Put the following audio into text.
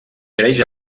creix